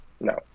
no